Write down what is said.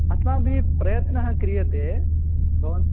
अस्माभिः प्रयत्नः क्रियते भवन्